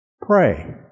Pray